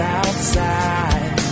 outside